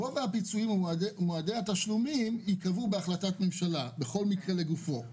גובה הפיצויים ומועדי התשלום נקבעים על פי החלטת ממשלה בכל מקרה לגופו,